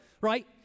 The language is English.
right